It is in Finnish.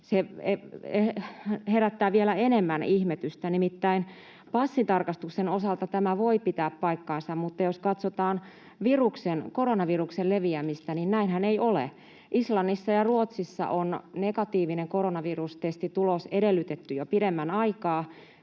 se herättää vielä enemmän ihmetystä. Nimittäin passintarkastuksen osalta tämä voi pitää paikkansa, mutta jos katsotaan koronaviruksen leviämistä, niin näinhän ei ole. Islannissa ja Ruotsissa on negatiivinen koronavirustestitulos edellytetty jo pidemmän aikaa,